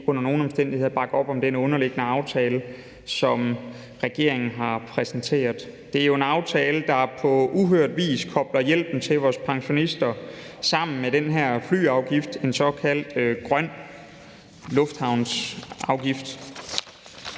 under nogen omstændigheder bakke op om den underliggende aftale, som regeringen har præsenteret. Det er jo en aftale, der på uhørt vis kobler hjælpen til vores pensionister sammen med den her flyafgift, en såkaldt grøn flyafgift.